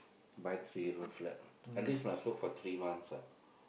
buy three room flat at least must look for three months lah